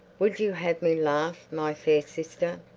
would ye have me laugh, my fair sister?